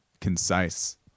concise